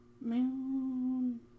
Moon